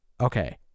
Okay